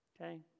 Okay